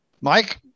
Mike